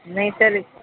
نہیں سر